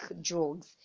drugs